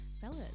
fellas